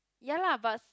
ya lah but s~